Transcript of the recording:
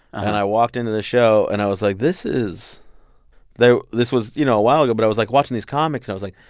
and i walked into the show. and i was like, this is there this was, you know, a while ago. but i was, like, watching these comics. and i was like,